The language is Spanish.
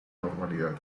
normalidad